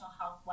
health